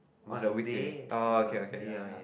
Monday to Monday ya ya